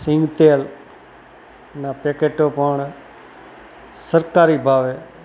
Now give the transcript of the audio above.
સિંગતેલના પેકેટો પણ સરકારી ભાવે